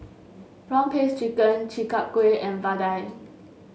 prawn paste chicken Chi Kak Kuih and vadai